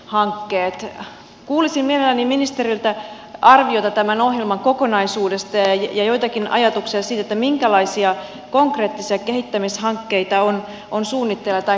kuulisin mielelläni ministeriltä arviota tämän ohjelman kokonaisuudesta ja joitakin ajatuksia siitä minkälaisia konkreettisia kehittämishankkeita on suunnitteilla tai käynnissä